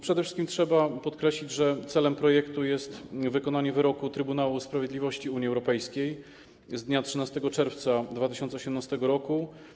Przede wszystkim trzeba podkreślić, że celem projektu jest wykonanie wyroku Trybunału Sprawiedliwości Unii Europejskiej z dnia 13 czerwca 2018 r.